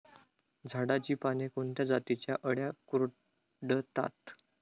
झाडाची पाने कोणत्या जातीच्या अळ्या कुरडतात?